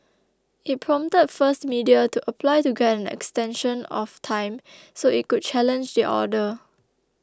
it prompted First Media to apply to get an extension of time so it could challenge the order